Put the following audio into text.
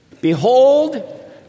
Behold